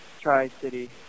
Tri-City